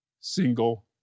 single